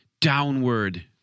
downward